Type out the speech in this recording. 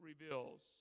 reveals